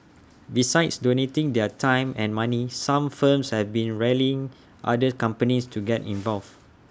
besides donating their time and money some firms have been rallying other companies to get involved